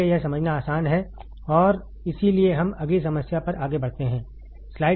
इसलिए यह समझना आसान है और इसीलिए हम अगली समस्या पर आगे बढ़ते हैं